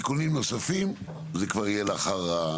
תיקונים נוספים זה כבר יהיה לא עכשיו.